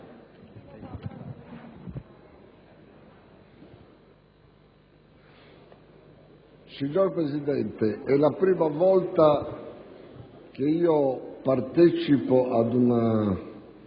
Signor Presidente, è la prima volta che partecipo ad una